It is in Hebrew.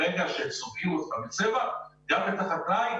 ברגע שצובעים בצבע גם את החקלאי,